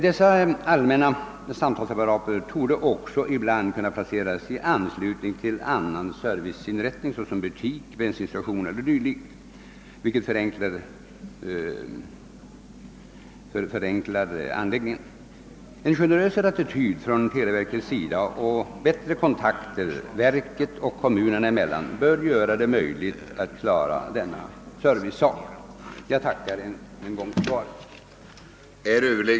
Dessa allmänna samtalsapparater torde också ibland kunna placeras i anslutning till annan serviceinrättning, såsom butik, bensinstation o.s.v., vilket förenklar anläggningen. En generösare attityd hos televerket och bättre kontakter verket och kommunerna emellan bör göra det möjligt att klara denna servicefråga. Jag tackar än en gång för svaret.